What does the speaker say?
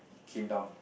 came down